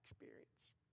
experience